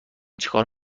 چیکار